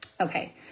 Okay